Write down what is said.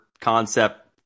concept